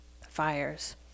fires